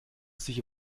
sich